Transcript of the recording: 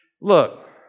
Look